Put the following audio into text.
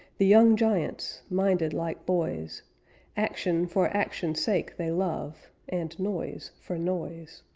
the young giants! minded like boys action for action's sake they love and noise for noise.